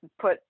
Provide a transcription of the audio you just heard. put